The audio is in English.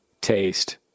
taste